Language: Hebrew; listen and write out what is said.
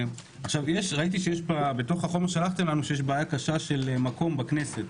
ראיתי בחומר ששלחתם לנו שיש בעיה קשה של מקום בכנסת.